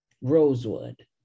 rosewood